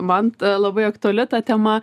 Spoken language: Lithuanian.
man labai aktuali ta tema